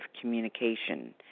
communication